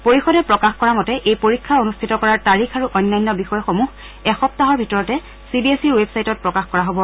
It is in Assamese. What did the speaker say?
পৰিষদে প্ৰকাশ কৰা মতে এই পৰীক্ষা অনুষ্ঠিত কৰাৰ তাৰিখ আৰু অন্যান্য বিষয়সমূহ এসপ্তাহৰ ভিতৰতে চি বি এছ ইৰ ৱেবচাইটত প্ৰকাশ কৰা হ'ব